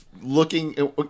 looking